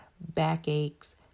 backaches